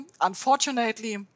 Unfortunately